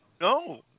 No